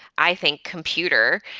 i think, computer,